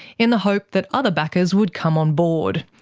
in the hope that other backers would come on board.